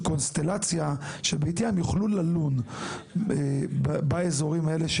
קונסטלציה שבעטיה הם יוכלו ללון באזורים האלה,